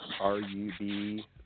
R-U-B